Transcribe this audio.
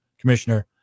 commissioner